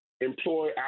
employ